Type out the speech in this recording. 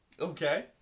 Okay